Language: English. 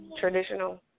traditional